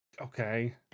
okay